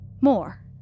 More